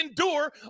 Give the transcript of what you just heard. endure